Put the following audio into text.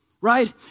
right